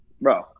Bro